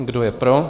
Kdo je pro?